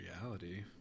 reality